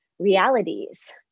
Realities